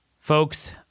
folks